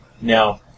Now